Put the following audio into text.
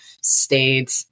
stayed